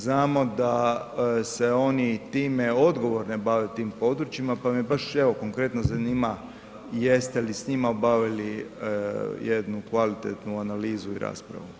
Znamo da se oni time odgovorno bave tim područjima pa me baš evo, konkretno zanima jeste li s njima obavili jednu kvalitetnu analizu i raspravu.